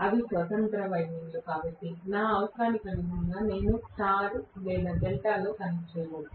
అవి స్వతంత్ర వైండింగ్లు కాబట్టి నా అవసరానికి అనుగుణంగా నేను వాటిని స్టార్ లేదా డెల్టాలో కనెక్ట్ చేయవచ్చు